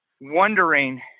wondering